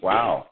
Wow